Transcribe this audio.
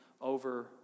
over